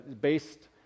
based